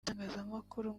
itangazamakuru